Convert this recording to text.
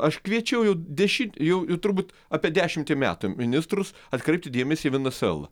aš kviečiau jau deši ir turbūt apie dešimtį metų ministrus atkreipti dėmesį į venesuelą